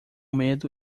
medo